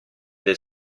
del